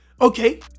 Okay